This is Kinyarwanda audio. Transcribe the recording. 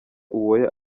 uwoya